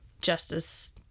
justice